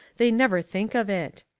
they never think of it.